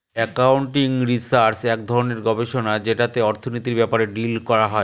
accounting research এক ধরনের গবেষণা যেটাতে অর্থনীতির ব্যাপারে ডিল হয়